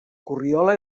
corriola